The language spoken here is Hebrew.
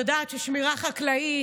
את יודעת על שמירה חקלאית,